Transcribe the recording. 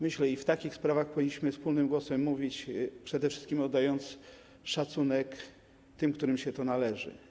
Myślę, że w takich sprawach powinniśmy mówić wspólnym głosem, przede wszystkim oddając szacunek tym, którym się to należy.